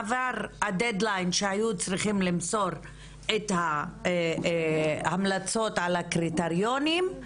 עבר הדד ליין שהיו צריכים למסור את ההמלצות על הקריטריונים.